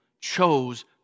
chose